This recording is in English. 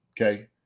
okay